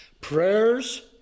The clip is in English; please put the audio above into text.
prayers